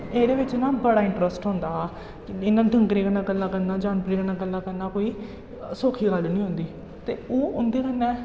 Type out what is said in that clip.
एहदे बिच्च ना बड़ा इंटरेस्ट होंदा हा इ'यां डंगरे कन्नै गल्लां करना जानवरें कन्नै गल्लां करना कोई सौक्खी गल्ल नेईं होंदी ते ओह् उं'दे कन्नै